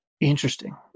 Interesting